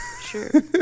sure